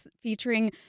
featuring